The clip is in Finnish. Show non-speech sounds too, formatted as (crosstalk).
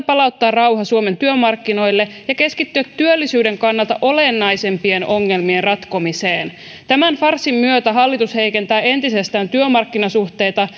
(unintelligible) palauttaa rauha suomen työmarkkinoille ja keskittyä työllisyyden kannalta olennaisempien ongelmien ratkomiseen tämän farssin myötä hallitus heikentää entisestään työmarkkinasuhteita (unintelligible)